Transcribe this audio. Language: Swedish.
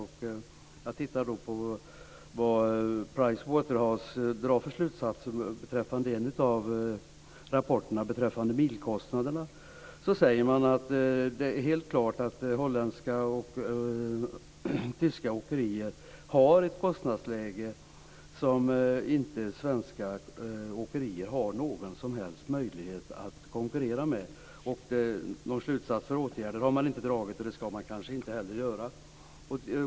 Jag tittar då på vad Price Waterhouse drar för slutsatser beträffande en av rapporterna om bilkostnaderna. Man säger att det är helt klart att holländska och tyska åkerier har ett kostnadsläge som inte svenska åkerier har någon som helst möjlighet att konkurrera med. Någon slutsats för åtgärder har man inte dragit, och det skall man kanske inte heller göra.